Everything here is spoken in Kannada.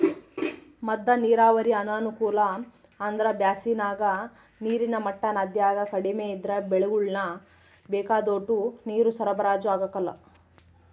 ಮದ್ದ ನೀರಾವರಿ ಅನಾನುಕೂಲ ಅಂದ್ರ ಬ್ಯಾಸಿಗಾಗ ನೀರಿನ ಮಟ್ಟ ನದ್ಯಾಗ ಕಡಿಮೆ ಇದ್ರ ಬೆಳೆಗುಳ್ಗೆ ಬೇಕಾದೋಟು ನೀರು ಸರಬರಾಜು ಆಗಕಲ್ಲ